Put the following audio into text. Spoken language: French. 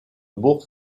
bourg